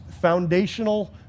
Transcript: foundational